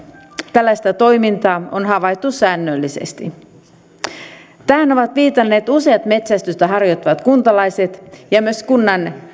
tällaista toimintaa on havaittu säännöllisesti tähän ovat viitanneet useat metsästystä harjoittavat kuntalaiset ja myös kunnan